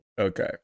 Okay